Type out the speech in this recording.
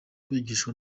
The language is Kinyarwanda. kwigishwa